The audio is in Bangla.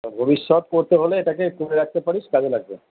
ভবিষ্যৎ করতে হলে এটাকে করে রাখতে পারিস কাজে লাগবে